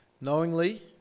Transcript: knowingly